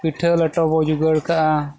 ᱯᱤᱴᱷᱟᱹ ᱞᱮᱴᱚ ᱵᱚᱱ ᱡᱚᱜᱟᱲ ᱠᱟᱜᱼᱟ